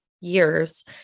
years